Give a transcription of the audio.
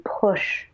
push